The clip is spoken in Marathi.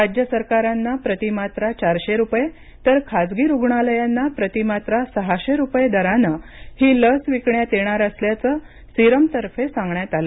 राज्य सरकारांना प्रति मात्रा चारशे रुपये तर खाजगी रुग्णालयांना प्रति मात्रा सहाशे रुपये दरानं ही लस विकण्यात येणार असल्याचं सिरमतर्फे सांगण्यात आलं